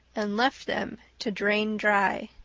and left them to drain dry.